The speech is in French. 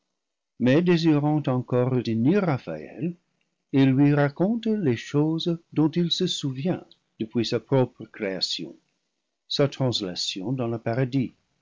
mais désirant encore retenir raphaël il lui raconte les choses dont il se souvient depuis sa propre création sa translation dans le paradis